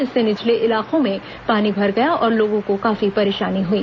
इससे निचले इलाकों में पानी भर गया और लोगों को कार्फी परेशानी हुई